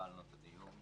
התחלנו את הדיון.